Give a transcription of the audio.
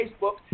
Facebook